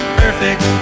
perfect